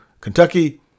Kentucky